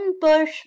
bush